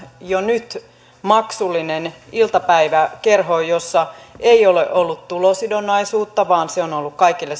jo nyt tällä hetkellä maksullinen iltapäiväkerho jossa ei ole ollut tulosidonnaisuutta vaan se on ollut kaikille